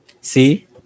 See